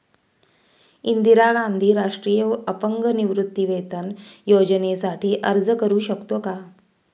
इंदिरा गांधी राष्ट्रीय अपंग निवृत्तीवेतन योजनेसाठी अर्ज करू शकतो का?